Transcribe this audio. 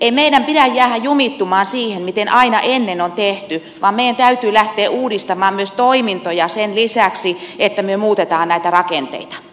ei meidän pidä jäädä jumittumaan siihen miten aina ennen on tehty vaan meidän täytyy lähteä uudistamaan myös toimintoja sen lisäksi että me muutamme näitä rakenteita